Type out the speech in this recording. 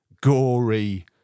gory